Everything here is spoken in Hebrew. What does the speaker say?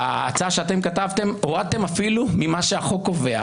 בהצעה שאתם כתבתם הורדתם אפילו ממה שהחוק קובע.